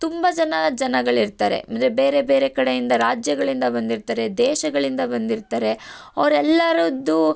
ತುಂಬ ಜನ ಜನಗಳಿರ್ತಾರೆ ಅಂದರೆ ಬೇರೆ ಬೇರೆ ಕಡೆಯಿಂದ ರಾಜ್ಯಗಳಿಂದ ಬಂದಿರ್ತಾರೆ ದೇಶಗಳಿಂದ ಬಂದಿರ್ತಾರೆ ಅವರೆಲ್ಲರದ್ದು